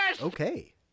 Okay